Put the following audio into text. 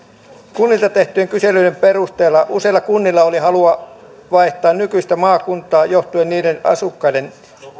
kunnilta tehtyjen kyselyiden perusteella useilla kunnilla oli halua vaihtaa nykyistä maakuntaa johtuen niiden asukkaiden